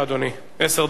הכנסת.